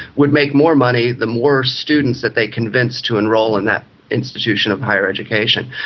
would make more money the more students that they convinced to enrol in that institution of higher education.